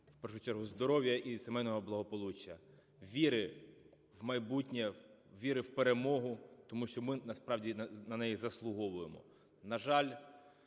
в першу чергу здоров'я і сімейного благополуччя, віри в майбутнє, віри в перемоги, тому що ми насправді на неї заслуговуємо.